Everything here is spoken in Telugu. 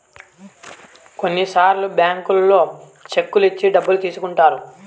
కొన్నిసార్లు బ్యాంకుల్లో చెక్కులు ఇచ్చి డబ్బులు తీసుకుంటారు